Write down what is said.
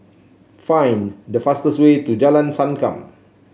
find the fastest way to Jalan Sankam